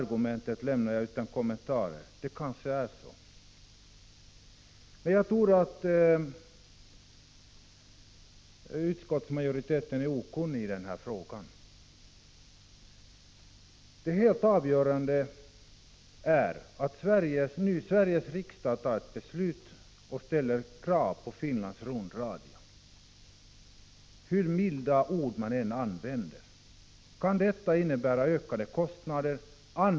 Jag lämnar detta argument utan kommentarer — det kanske är riktigt. Jag tror emellertid att utskottsmajoriteten är okunnig i den här frågan. Det helt avgörande är att Sveriges riksdag nu fattar ett beslut och ställer krav på Finlands rundradio. Hur milda ord man än använder kan detta innebära ökade kostnader.